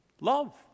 love